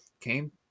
came